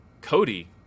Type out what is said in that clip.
Cody